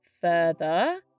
Further